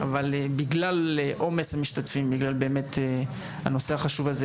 אבל בגלל עומס המשתתפים ובגלל הנושא החשוב הזה,